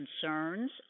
concerns